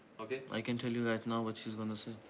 okay? i can tell you right now what she's gonna say.